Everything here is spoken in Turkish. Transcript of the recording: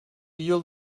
yıl